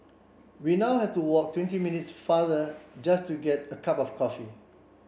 we now have to walk twenty minutes farther just to get a cup of coffee